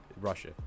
Russia